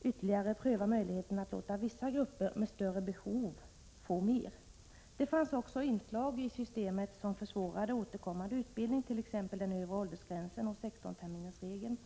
ytterligare pröva möjligheten att låta vissa grupper med större behov få mer. Det fanns också inslag i systemet som försvårade återkommande utbildning, t.ex. den övre åldersgränsen och 16-terminsregeln.